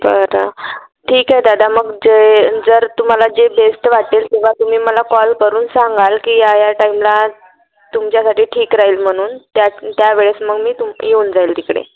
बरं ठीक आहे दादा मग जे जर तुम्हाला जे बेस्ट वाटेल तेव्हा तुम्ही मला कॉल करून सांगाल की या या टाईमला तुमच्यासाठी ठीक राहील म्हणून त्या त्या वेळेस मग मी तुम येऊन जाईल तिकडे